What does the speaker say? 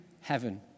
heaven